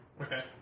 Okay